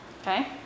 Okay